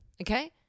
okay